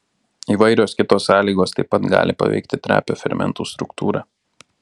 įvairios kitos sąlygos taip pat gali paveikti trapią fermentų struktūrą